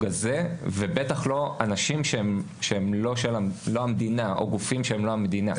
הזה ובטח לא אנשים או גופים שהם לא המדינה.